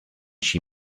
she